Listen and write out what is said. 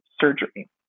surgery